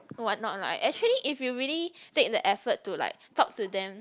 what not lah actually if you really take the effort to like talk to them